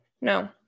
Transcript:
No